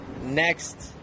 next